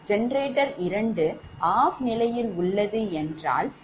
generator 2 OFF நிலையில் உள்ளது என்றால் இது OPEN ஆக உள்ளது